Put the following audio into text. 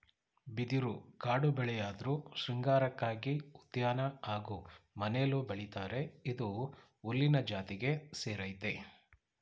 ಬಿದಿರು ಕಾಡುಬೆಳೆಯಾಧ್ರು ಶೃಂಗಾರಕ್ಕಾಗಿ ಉದ್ಯಾನ ಹಾಗೂ ಮನೆಲೂ ಬೆಳಿತರೆ ಇದು ಹುಲ್ಲಿನ ಜಾತಿಗೆ ಸೇರಯ್ತೆ